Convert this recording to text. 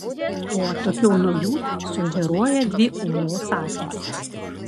o atokiau nuo jų sužėruoja dvi uolos akys